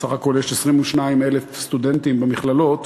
סך הכול יש 22,000 סטודנטים במכללות,